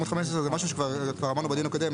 עמוד 15 זה משהו שכבר אמרנו בדיון הקודם,